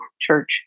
church